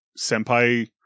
senpai